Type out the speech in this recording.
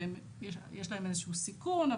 ויש להם איזה שהוא סיכון.